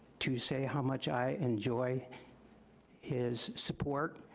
to say how much i enjoy his support.